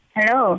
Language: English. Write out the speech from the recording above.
Hello